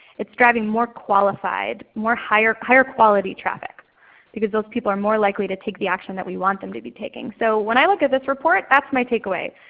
it's driving more qualified, more higher higher quality traffic because those people are more likely to take the action that we want them to be taking. so when i look at this report that's my take away.